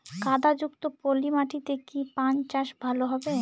কাদা যুক্ত পলি মাটিতে কি পান চাষ ভালো হবে?